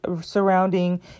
surrounding